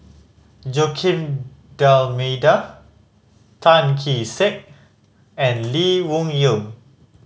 Joaquim D'Almeida Tan Kee Sek and Lee Wung Yew